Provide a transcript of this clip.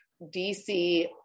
DC